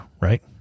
right